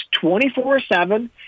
24-7